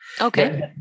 Okay